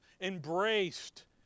embraced